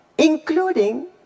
including